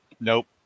Nope